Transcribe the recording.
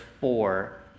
four